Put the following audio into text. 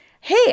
hey